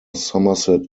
somerset